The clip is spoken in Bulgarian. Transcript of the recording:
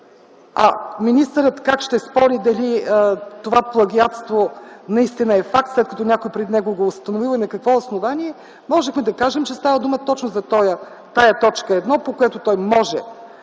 Министърът как ще спори дали това плагиатство наистина е факт, след като някой преди него го е установил, и на какво основание? Можехме да кажем, че става дума точно за тази т. 1, по която той може